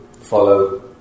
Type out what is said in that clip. follow